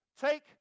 Take